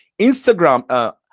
Instagram